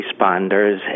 responders